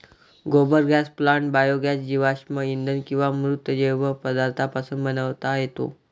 गोबर gas plant biogas जीवाश्म इंधन किंवा मृत जैव पदार्थांपासून बनवता येतो